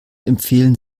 empfehlen